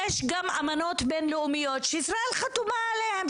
יש גם אמנות בין לאומיות שישראל חתומה עליהן,